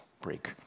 break